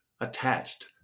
attached